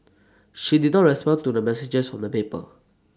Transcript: she did not respond to the messages from the paper